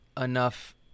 enough